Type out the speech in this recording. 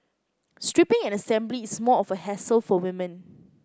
stripping and assembly is more of a hassle for women